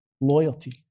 loyalty